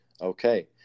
Okay